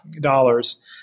dollars